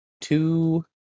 two